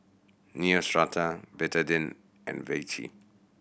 Neostrata Betadine and Vichy